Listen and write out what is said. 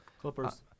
Clippers